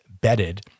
bedded